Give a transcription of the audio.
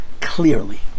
clearly